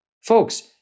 folks